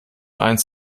eins